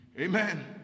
amen